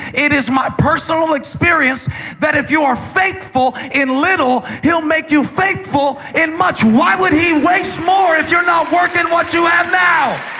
it is my personal experience that if you are faithful in little, he'll make you faithful in much. why would he waste more if you're not working what you have now?